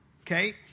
Okay